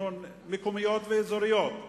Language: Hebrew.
תכנון מקומיות ואזוריות,